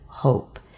Hope